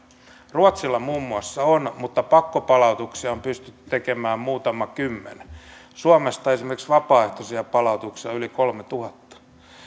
ruotsilla muun muassa on mutta pakkopalautuksia on pystytty tekemään muutama kymmenen suomesta esimerkiksi vapaaehtoisia palautuksia on yli kolmetuhatta